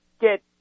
get